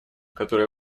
которая